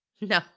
no